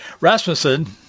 Rasmussen